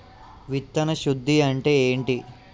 విత్తన శుద్ధి అంటే ఏంటి?